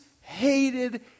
hated